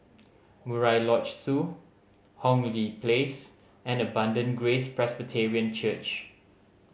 Murai Lodge Two Hong Lee Place and Abundant Grace Presbyterian Church